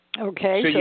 Okay